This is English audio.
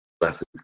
Lessons